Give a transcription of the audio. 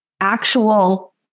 actual